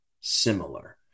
Similar